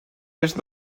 est